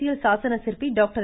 அரசியல் சாசன சிற்பி டாக்டர்